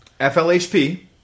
FLHP